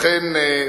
לכן,